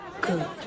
good